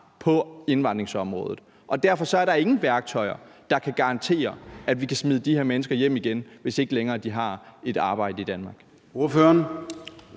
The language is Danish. på indvandringsområdet. Derfor er der ingen værktøjer, der kan garantere, at vi kan smide de her mennesker hjem igen, hvis ikke de længere har et arbejde i Danmark.